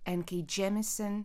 ently džemisen